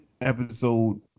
episode